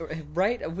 Right